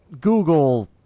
Google